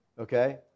Okay